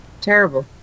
terrible